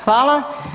Hvala.